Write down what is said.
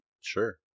Sure